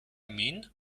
mean